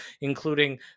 including